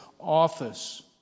office